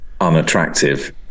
unattractive